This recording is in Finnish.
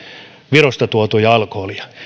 virosta tuotua alkoholia